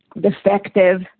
defective